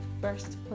first